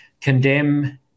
condemn